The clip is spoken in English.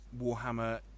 Warhammer